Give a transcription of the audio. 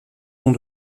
sont